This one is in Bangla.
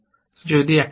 যদি একটি থাকে